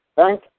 Thank